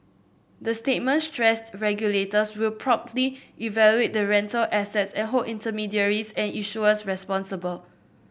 the statement stressed regulators will properly evaluate the rental assets and hold intermediaries and issuers responsible